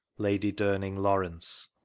lady darning lawrence.